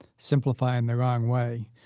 simplify in the wrong way.